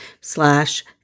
slash